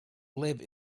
live